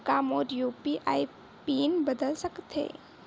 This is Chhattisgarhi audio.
का मोर यू.पी.आई पिन बदल सकथे?